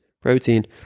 protein